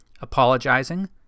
apologizing